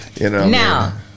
now